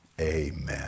amen